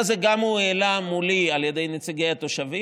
כל היום תראו אותם מסתובבים